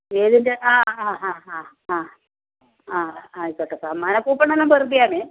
ഏതിന്റെ ആ ആ ആ ആ ആയിക്കോട്ടെ സമ്മാനക്കൂപ്പണെല്ലാം വെറുതെയാണ്